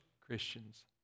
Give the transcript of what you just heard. Christians